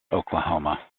oklahoma